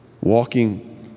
walking